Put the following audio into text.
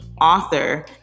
author